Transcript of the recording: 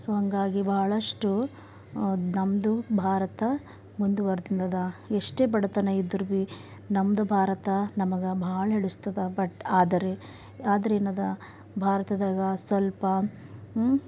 so ಹಾಗಾಗಿ ಬಹಳಷ್ಟು ನಮ್ಮದು ಭಾರತ ಮುಂದುವರ್ದಿಂದದ ಎಷ್ಟೇ ಬಡತನ ಇದ್ರು ಭೀ ನಮ್ದು ಭಾರತ ನಮಗೆ ಭಾಳ ಹಿಡಿಸ್ತದೆ ಬಟ್ ಆದರೆ ಆದರೇನದ ಭಾರತದಾಗ ಸ್ವಲ್ಪ ಹುಂ